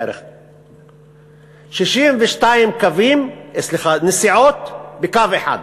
62 נסיעות בקו אחד,